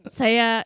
saya